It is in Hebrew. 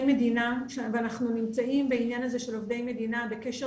אנחנו נמצאים בעניין הזה של עובדי מדינה בקשר